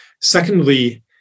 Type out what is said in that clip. Secondly